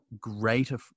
greater